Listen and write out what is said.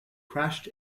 crashed